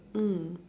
mm